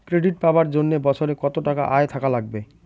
Credit পাবার জন্যে বছরে কত টাকা আয় থাকা লাগবে?